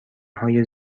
های